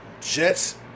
Jets